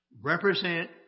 represent